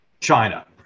china